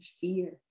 fear